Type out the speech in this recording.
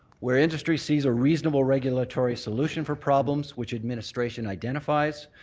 where industry sees a reasonable regulatory solution for problems which administration identifies,